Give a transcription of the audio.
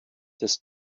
des